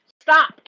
Stop